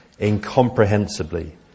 incomprehensibly